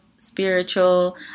Spiritual